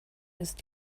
ist